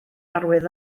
arwydd